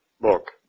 book